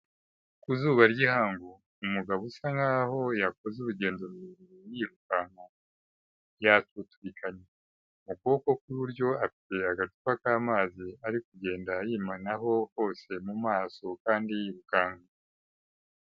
Ku zuba ry'ihangu umugabo usa nkaho yakoze urugendo rurerure yirukanka yatutubikanye, mu kuboko kw'iburyo afite agacupa k'amazi ari kugenda yimenaho hose mu maso kandi yirukanka.